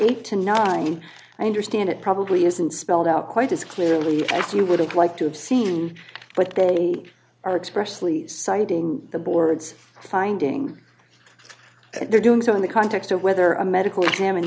eight to nine i understand it probably isn't spelled out quite as clearly as you would have liked to have seen but they are expressly citing the board's findings they're doing so in the context of whether a medical